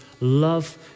love